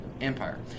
empire